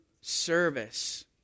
service